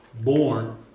born